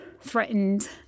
threatened